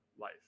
life